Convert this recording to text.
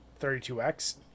32X